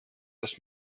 das